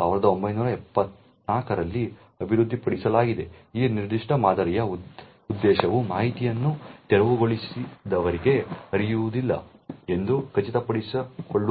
1974 ರಲ್ಲಿ ಅಭಿವೃದ್ಧಿಪಡಿಸಲಾಗಿದೆ ಈ ನಿರ್ದಿಷ್ಟ ಮಾದರಿಯ ಉದ್ದೇಶವು ಮಾಹಿತಿಯನ್ನು ತೆರವುಗೊಳಿಸಿದವರಿಗೆ ಹರಿಯುವುದಿಲ್ಲ ಎಂದು ಖಚಿತಪಡಿಸಿಕೊಳ್ಳುವುದು